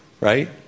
right